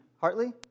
Hartley